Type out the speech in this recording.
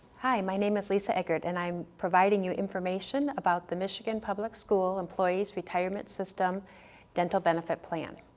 hi, my name is lisa eggert and i am providing you information about the michigan public school employees' retirement system dental benefit plan.